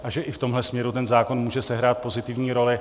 A že i v tomhle směru ten zákon může sehrát pozitivní roli.